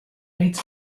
hates